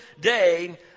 day